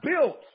built